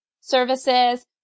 services